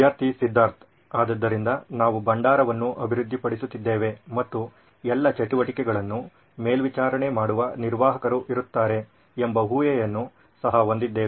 ವಿದ್ಯಾರ್ಥಿ ಸಿದ್ಧಾರ್ಥ್ ಆದ್ದರಿಂದ ನಾವು ಭಂಡಾರವನ್ನು ಅಭಿವೃದ್ಧಿಪಡಿಸುತ್ತಿದ್ದೇವೆ ಮತ್ತು ಎಲ್ಲಾ ಚಟುವಟಿಕೆಗಳನ್ನು ಮೇಲ್ವಿಚಾರಣೆ ಮಾಡುವ ನಿರ್ವಾಹಕರು ಇರುತ್ತಾರೆ ಎಂಬ ಊಹೆಯನ್ನು ಸಹ ಹೊಂದಿದ್ದೇವೆ